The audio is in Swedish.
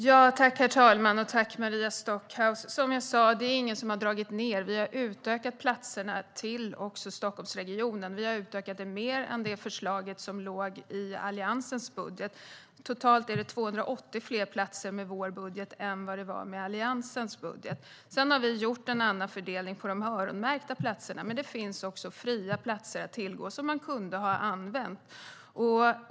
Herr talman! Tack, Maria Stockhaus! Som jag sa är det ingen som har dragit ned. Vi har utökat platserna också till Stockholmsregionen. Vi har utökat dem mer än i det förslag som låg i Alliansens budget. Totalt är det 280 fler platser med vår budget än vad det var med Alliansens budget. Sedan har vi gjort en annan fördelning av de öronmärkta platserna, men det finns också fria platser att tillgå som man kunde ha använt.